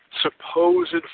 supposed